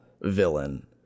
villain